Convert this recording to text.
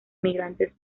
migrantes